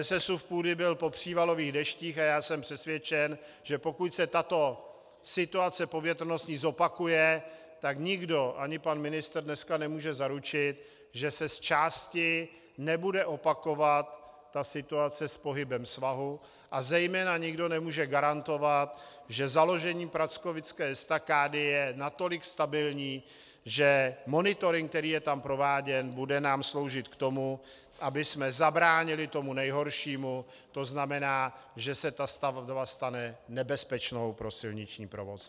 Sesuv půdy byl po přívalových deštích a jsem přesvědčen, že pokud se tato povětrnostní situace zopakuje, tak nikdo, ani pan ministr dneska nemůže zaručit, že se zčásti nebude opakovat situace s pohybem svahu, a zejména nikdo nemůže garantovat, že založení prackovické estakády je natolik stabilní, že monitoring, který je tam prováděn, bude nám sloužit k tomu, abychom zabránili tomu nejhoršímu, to znamená, že se stavba stane nebezpečnou pro silniční provoz.